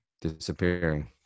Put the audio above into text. Disappearing